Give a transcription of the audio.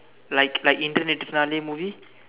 like like Indru Netru Naalai movie